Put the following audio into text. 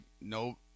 no